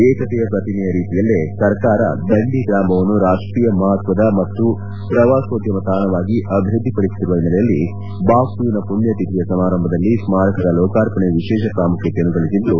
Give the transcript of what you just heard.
ಏಕತೆಯ ಪ್ರತಿಮೆಯ ರೀತಿಯಲ್ಲೇ ಸರ್ಕಾರ ದಂಡಿ ಗ್ರಾಮವನ್ನು ರಾಷ್ಷೀಯ ಮಹತ್ವದ ಮತ್ತು ಪ್ರವಾಸೋದ್ಯಮ ತಾಣವಾಗಿ ಅಭಿವ್ಯದ್ದಿಪಡಿಸುತ್ತಿರುವ ಹಿನ್ನೆಲೆಯಲ್ಲಿ ಬಾಪುವಿನ ಪುಣ್ಣತಿಥಿಯ ಸಮಾರಂಭದಲ್ಲಿ ಸಾರಕದ ಲೋಕಾರ್ಪಣೆ ವಿಶೇಷ ಪಾಮುಖ್ನತೆಯನ್ನು ಗಳಿಸಿದ್ದು